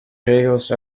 regels